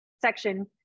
section